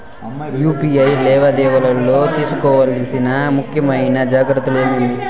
UPI లావాదేవీలలో తీసుకోవాల్సిన ముఖ్యమైన జాగ్రత్తలు ఏమేమీ?